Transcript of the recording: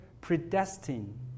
predestined